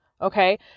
Okay